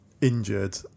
injured